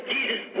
Jesus